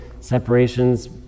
separations